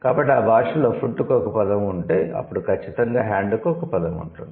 కాబట్టి ఆ భాషలో 'ఫుట్' కు ఒక పదం ఉంటే అప్పుడు ఖచ్చితంగా 'హ్యాండ్' కు ఒక పదం ఉంటుంది